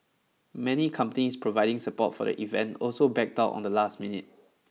many companies providing support for the event also backed out on the last minute